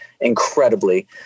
incredibly